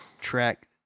track